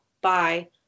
Bye